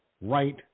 Right